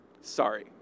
Sorry